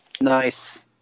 Nice